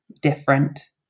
different